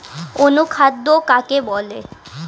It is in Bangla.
অনুখাদ্য কাকে বলে?